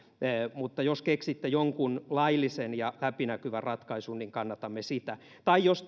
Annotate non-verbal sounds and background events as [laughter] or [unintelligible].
mutta jos keksitte jonkun laillisen ja läpinäkyvän ratkaisun niin kannatamme sitä tai jos [unintelligible]